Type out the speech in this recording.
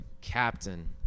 Captain